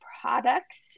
products